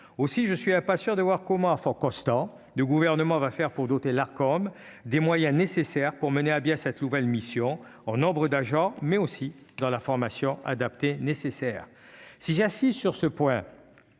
aussi je suis impatient de voir comment à constant du gouvernement va faire pour doter l'Arcom des moyens nécessaires pour mener à bien cette nouvelle mission en nombre d'agents, mais aussi dans la formation adaptée nécessaire si j'insiste sur ce point,